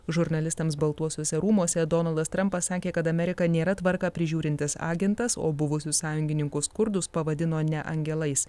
žurnalistams baltuosiuose rūmuose donaldas trampas sakė kad amerika nėra tvarką prižiūrintis agentas o buvusius sąjungininkus kurdus pavadino ne angelais